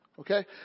Okay